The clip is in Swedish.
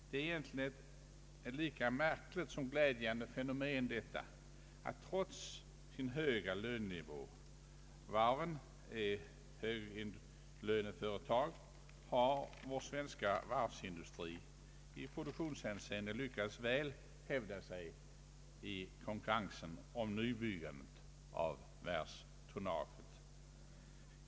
Det är egentligen ett lika märkligt som glädjande fenomen att den svenska varvsindustrin trots sin höga lönenivå — varven är höglöneföretag — i olika hänseenden lyckats väl hävda sig i konkurrensen om nybyggandet av världstonnaget.